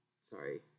Sorry